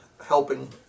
Helping